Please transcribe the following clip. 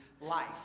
life